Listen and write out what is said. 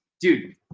dude